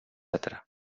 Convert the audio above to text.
etc